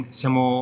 siamo